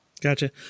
Gotcha